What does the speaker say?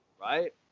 right